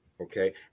Okay